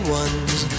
ones